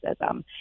racism